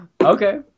Okay